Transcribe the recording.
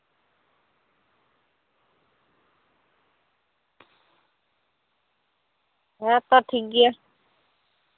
ᱦᱮᱸᱛᱚ ᱴᱷᱤᱠᱜᱮᱭᱟ